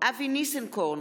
אבי ניסנקורן,